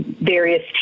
various